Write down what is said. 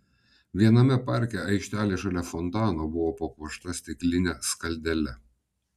viename parke aikštelė šalia fontano buvo papuošta stikline skaldele